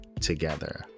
together